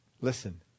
Listen